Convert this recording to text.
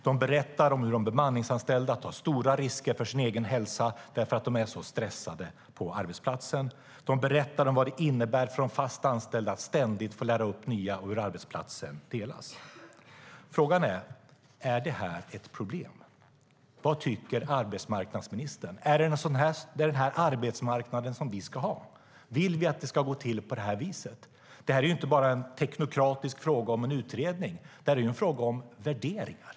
De berättar om hur de bemanningsanställda tar stora risker för sin egen hälsa eftersom de är så stressade på arbetsplatsen. De berättar om vad det innebär för de fast anställda att ständigt få lära upp nya och om hur arbetsplatsen delas. Frågan är: Är det här ett problem? Vad tycker arbetsmarknadsministern - är det den här arbetsmarknaden vi ska ha? Vill vi att det ska gå till på det här viset? Det är inte bara en teknokratisk fråga om en utredning. Det är en fråga om värderingar.